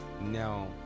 Now